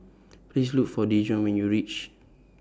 Please Look For Dejuan when YOU REACH